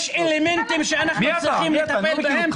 יש אלמנטים שאנחנו צריכים לטפל בהם.